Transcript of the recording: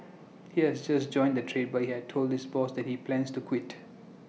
he has just joined the trade but he has told this boss that he plans to quit